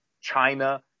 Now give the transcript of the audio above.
China